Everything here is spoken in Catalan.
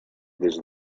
des